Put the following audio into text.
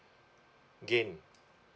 gain